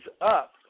up